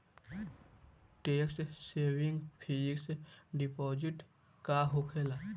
Tax saving fix deposit का होखे ला?